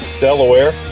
Delaware